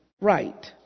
right